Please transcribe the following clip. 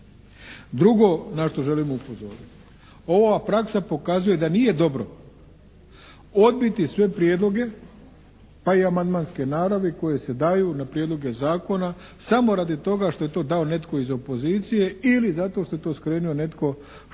Drugo na što želim upozoriti. Ova praksa pokazuje da nije dobro odbiti sve prijedloge pa i amandmanske naravi koji se daju na prijedloge zakona samo radi toga što je to dao netko iz opozicije ili zato što je to skrenuo netko tko